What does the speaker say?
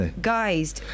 guys